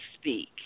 speak